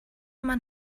man